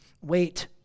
wait